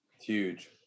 Huge